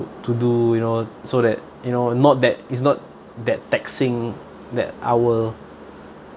to do you know so that you know not that it's not that taxing that our